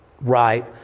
right